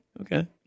okay